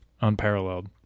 unparalleled